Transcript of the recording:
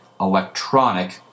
electronic